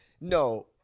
No